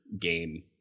game